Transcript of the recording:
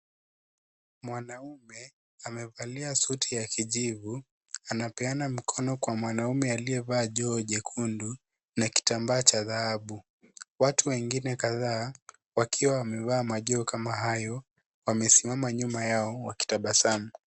Mwanaume, amevalia suti ya kijivu anapeana mkono kwa mwanaume aliyevaa joho jekundu na kitambaa cha dhahabu, watu wengine kadhaa, wakiwa wamevaa majoho kama hayo wamesimama nyuma yao wakitabasamu.